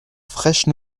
fraîches